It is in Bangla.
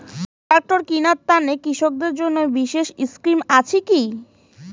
ট্রাক্টর কিনার তানে কৃষকদের জন্য বিশেষ স্কিম আছি কি?